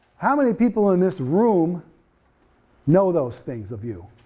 how many people in this room know those things of you,